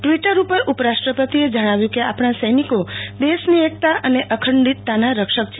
Twitter ઉપર ઉપરાષ્ટ્રપતિએ જણાવ્યું છે કે આપણા સૈનિકો દેશની એકતા અને અંખડિતતાના રક્ષક છે